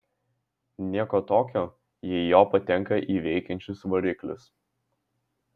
nieko tokio jei jo patenka į veikiančius variklius